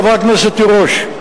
חברת הכנסת תירוש,